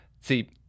see